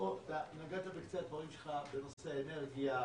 נגעת בקצה הדברים שלך בנושא האנרגיה,